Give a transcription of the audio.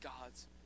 God's